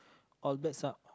all bets ah